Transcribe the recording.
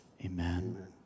Amen